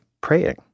praying